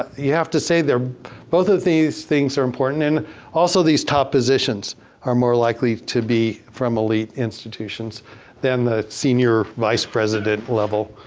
have to say, both of these things are important. and also these top positions are more likely to be from elite institutions than the senior vice president level.